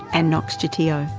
and knox chitiyo.